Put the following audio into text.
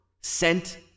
Sent